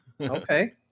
Okay